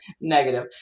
negative